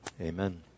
amen